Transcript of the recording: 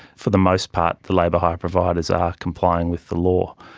for the most part the labour hire providers are complying with the law.